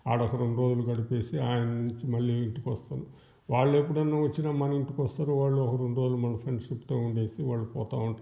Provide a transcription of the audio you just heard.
అక్కడొక రెండు రోజులు గడిపేసి ఆడనుంచి మళ్ళీ ఇంటికొస్తాను వాళ్ళెప్పుడైనా వచ్చినా మన ఇంటికొస్తారు వాళ్లొక రెండు రోజులు మన ఫ్రెండ్షిప్తో ఉండేసి వాళ్ళు పోతా ఉంటారు